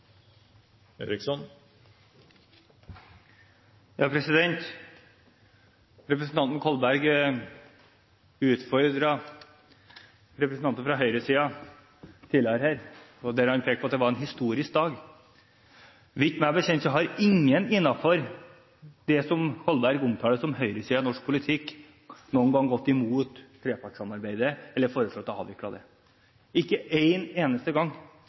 Representanten Kolberg utfordret representanter fra høyresiden tidligere i dag. Han pekte på at det var en historisk dag. Så vidt jeg vet, har ingen på det Kolberg omtaler som høyresiden i norsk politikk, noen gang gått imot trepartssamarbeidet eller foreslått å avvikle det – ikke én eneste gang.